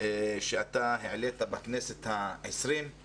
שאתה העלית בכנסת ה-20 הוא